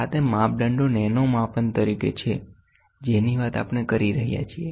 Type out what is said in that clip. આ તે માપદંડો નેનો માપન તરીકે છે જેની વાત આપણે કરી રહ્યા છીએ